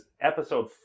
episode